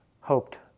hoped